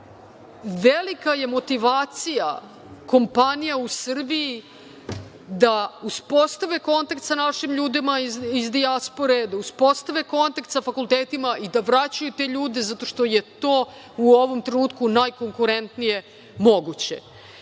velika je motivacija kompanija u Srbiji da uspostave kontakt sa našim ljudima iz dijaspore, da uspostave kontakt sa fakultetima i da vraćaju te ljude zato što je u ovom trenutku najkonkurentnije moguće. Sutra